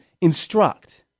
instruct